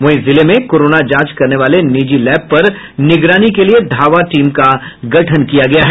वहीं जिले में कोरोना जांच करने वाले निजी लैब पर निगरानी के लिए धावा टीम का गठन किया गया है